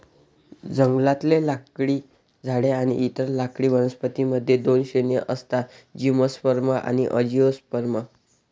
जंगलातले लाकडी झाडे आणि इतर लाकडी वनस्पतीं मध्ये दोन श्रेणी असतातः जिम्नोस्पर्म आणि अँजिओस्पर्म